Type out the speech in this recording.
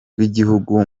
rw’igihugu